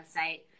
website